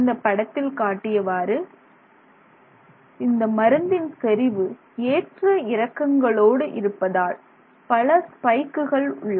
இந்த படத்தில் காட்டியவாறு ஒரு படத்தில் இந்த மருந்தின் செறிவு ஏற்ற இறக்கங்களோடு இருப்பதால் பல ஸ்பைக்குகள் உள்ளன